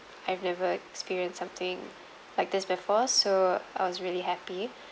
I've never experienced something like this before so I was really happy